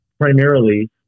primarily